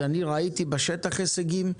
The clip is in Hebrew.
אני ראיתי בשטח הישגים,